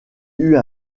eut